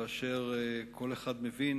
שכן כל אחד מבין